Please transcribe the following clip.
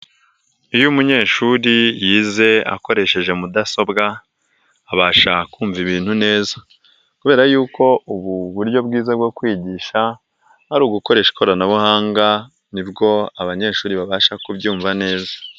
Iyo umunyeshuri yize akoresheje mudasobwa abasha kumva ibintu neza, kubera yuko ubu buryo bwiza bwo kwigisha ari ugukoresha ikoranabuhanga, nibwo abanyeshuri babasha kubyumva neza.